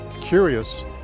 curious